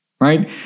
Right